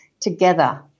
together